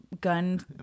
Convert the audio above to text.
gun